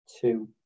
two